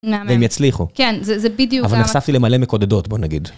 והם יצליחו, אבל נחשפתי למלא מקודדות, בוא נגיד.